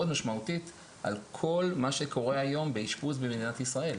משמעותית על כל מה שקורה היום באשפוז במדינת ישראל.